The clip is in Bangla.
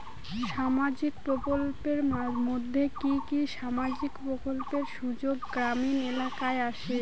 সামাজিক প্রকল্পের মধ্যে কি কি সামাজিক প্রকল্পের সুযোগ গ্রামীণ এলাকায় আসে?